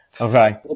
Okay